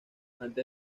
ante